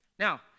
Now